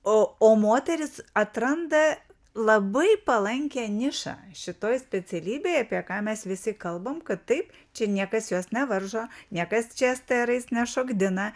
o o moteris atranda labai palankią nišą šitoj specialybėj apie ką mes visi kalbam kad taip čia niekas jos nevaržo niekas čia es te erais nešokdina